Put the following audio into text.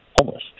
homeless